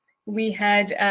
we had